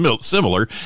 similar